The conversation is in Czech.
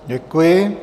Děkuji.